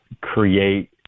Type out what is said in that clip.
create